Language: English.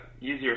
easier